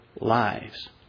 lives